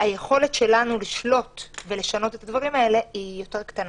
היכולת שלנו לשלוט ולשנות את הדברים האלה יותר קטנה.